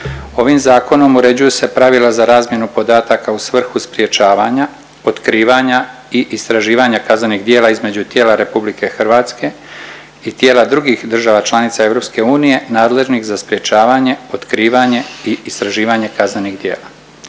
Ovim zakonom uređuju se pravila za razmjenu podataka u svrhu sprječavanja, otkrivanja i istraživanja kaznenih djela između tijela RH i tijela drugih država članica EU nadležnih za sprječavanje, otkrivanje i istraživanje kaznenih djela.